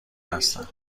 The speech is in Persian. هستن